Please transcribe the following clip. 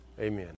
amen